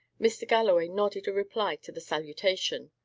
mr. galloway nodded a reply to the salutation.